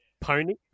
Pony